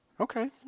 Okay